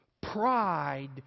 Pride